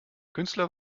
künstler